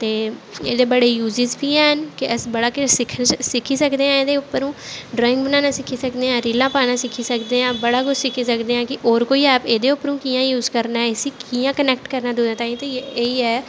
ते एह्दे बड़े यूज़िस बी हैन के अस बड़ा किश सिक्खी सिक्खी सकदे आं एह्दे उप्परों ड्राईंग बनाना सिक्खी सकने आं रीलां पाना सिक्खी सकदे आं बड़ा कुछ सिक्खी सकदे आं होर कोई ऐप एह्दे उप्परों कियां यूज करना ऐ इसी कियां क्नैक्ट करना दूएं ताईं ते एह् ऐ